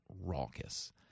raucous